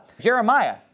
Jeremiah